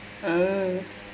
mm